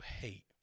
hate